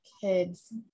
kids